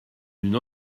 une